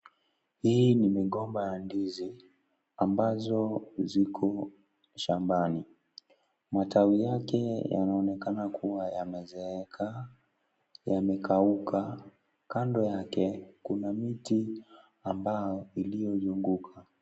Hii ni migomba ya ndizi ambazo ziko shambani, matawi yake yanaonekana kua yamezeeka, yamekauka, kando yake kuna miti ambayo iliyozunguka.